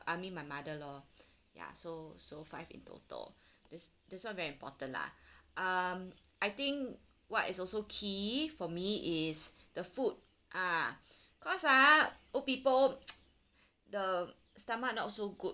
I mean my mother lor ya so so five in total this this one very important lah um I think what is also key for me is the food ah cause ah old people the stomach not so good